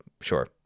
sure